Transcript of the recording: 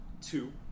two